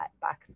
box